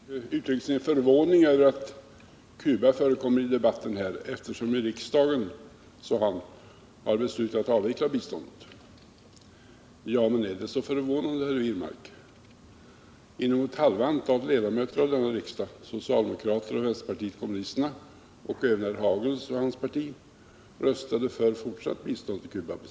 Herr talman! Herr Wirmark uttryckte sin förvåning över att Cuba förekommer i debatten, eftersom riksdagen, sade han, har beslutat att avveckla biståndet dit. Men det är inte så förvånande, herr Wirmark.. Uppemot halva antalet ledamöter i denna kammare, socialdemokraterna, vänsterpartiet kommunisterna och herr Hagel och hans parti, röstade på sin tid för fortsatt bistånd till Cuba.